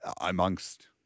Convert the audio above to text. amongst